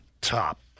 top